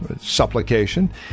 supplication